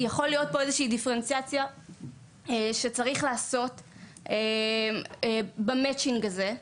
יכולה להיות פה איזושהי דיפרנציאציה שצריך לעשות במאצ'ינג הזה.